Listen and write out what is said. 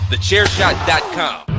TheChairShot.com